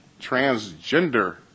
transgender